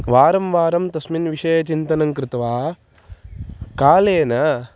वारं वारं तस्मिन् विषये चिन्तनं कृत्वा कालेन